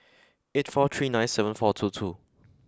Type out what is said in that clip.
eight four three nine seven four two two